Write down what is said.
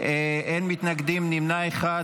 אין מתנגדים, נמנע אחד.